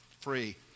Free